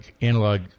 analog